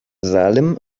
salim